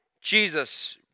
Jesus